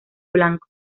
blanco